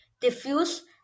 Diffuse